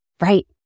right